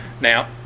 Now